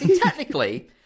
Technically